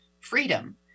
freedom